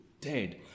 dead